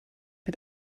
mit